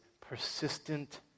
persistent